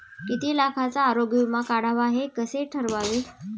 किती लाखाचा आरोग्य विमा काढावा हे कसे ठरवावे?